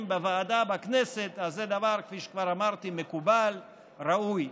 בוועדה בכנסת אז זה דבר מקובל וראוי,